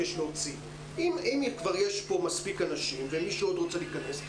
אם יש מספיק אנשים ומישהו רוצה להיכנס,